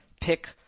pick